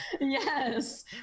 Yes